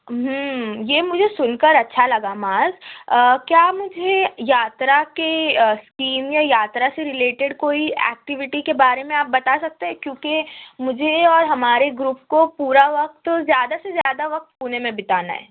یہ مجھے سُن کر اچھا لگا معاذ کیا مجھے یاترا کے اسکیم یا یاترا سے رلیٹڈ کوئی ایکٹیوٹی کے بارے میں آپ بتا سکتے ہیں کیونکہ مجھے اور ہمارے گروپ کو پورا وقت زیادہ سے زیادہ وقت پُونے میں بتانا ہے